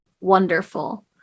wonderful